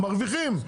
מרוויחים.